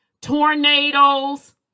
tornadoes